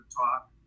talk